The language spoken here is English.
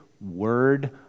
word